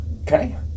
okay